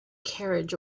carriage